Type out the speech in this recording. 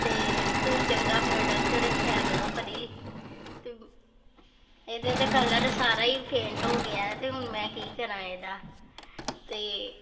ਅਤੇ ਤੁਸੀਂ ਚੰਗਾ ਪ੍ਰੋਡਕਟ ਰੱਖਿਆ ਕਰੋ ਭਾਅ ਜੀ ਅਤੇ ਇਹਦੇ ਤਾਂ ਕਲਰ ਸਾਰਾ ਹੀ ਫੇਂਟ ਹੋ ਗਿਆ ਤਾਂ ਹੁਣ ਮੈਂ ਕੀ ਕਰਾਂ ਇਹਦਾ ਅਤੇ